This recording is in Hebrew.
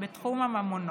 בתחום הממונות.